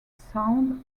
sounds